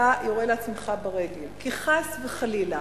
אתה יורה לעצמך ברגל, כי אם חס וחלילה